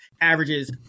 averages